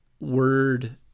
word